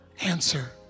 answer